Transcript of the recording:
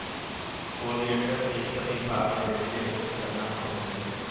oleander के सभी भाग जहरीले और खतरनाक होते हैं